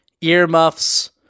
earmuffs